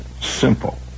Simple